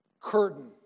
curtain